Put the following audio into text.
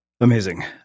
Amazing